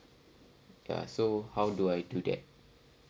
ya so how do I do that